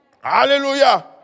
Hallelujah